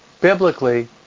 biblically